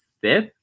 fifth